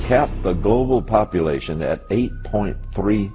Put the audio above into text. cap the global population at eight point three